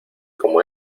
como